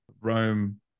rome